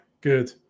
good